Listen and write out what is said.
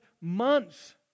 months